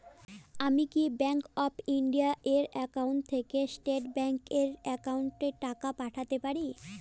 আমি কি bank of India এর একাউন্ট থেকে স্টেট ব্যাংক এর একাউন্টে টাকা পাঠাতে পারি?